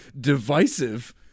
divisive